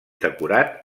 decorat